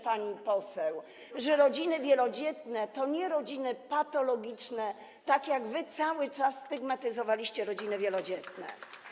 pani poseł, że rodziny wielodzietne to nie rodziny patologiczne, a wy cały czas stygmatyzowaliście rodziny wielodzietne.